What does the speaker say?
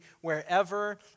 wherever